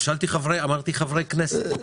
אמרתי חברי כנסת.